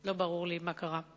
לא ברור לי מה קרה.